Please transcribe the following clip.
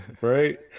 right